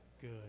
good